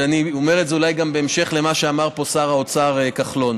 ואני אומר את זה אולי גם בהמשך למה שאמר פה שר האוצר כחלון: